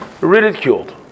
ridiculed